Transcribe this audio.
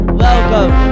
welcome